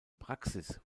praxis